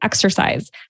exercise